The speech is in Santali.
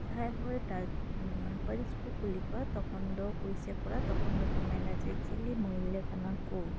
ᱡᱟᱦᱟᱸᱭ ᱦᱚᱲ ᱦᱚᱴᱟᱛ ᱢᱟᱱᱮ ᱯᱟᱹᱨᱤᱥ ᱠᱚ ᱠᱩᱞᱤ ᱠᱚᱣᱟ ᱛᱚᱠᱷᱚᱱ ᱫᱚ ᱯᱩᱭᱥᱟᱹ ᱠᱚᱲᱟ ᱛᱚᱠᱷᱚᱱ ᱫᱚᱠᱚ ᱢᱮᱱᱟ ᱡᱮ ᱪᱤᱞᱤ ᱢᱟᱹᱭᱞᱟᱹ ᱠᱟᱱᱟ ᱠᱚ